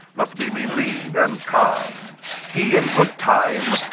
must be be-lee'd and calm'd he, in good time,